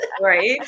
right